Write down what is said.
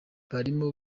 barimo